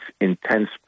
intense